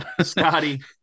Scotty